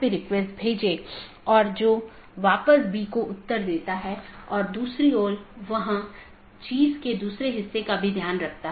त्रुटि स्थितियों की सूचना एक BGP डिवाइस त्रुटि का निरीक्षण कर सकती है जो एक सहकर्मी से कनेक्शन को प्रभावित करने वाली त्रुटि स्थिति का निरीक्षण करती है